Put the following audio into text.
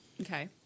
Okay